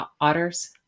otters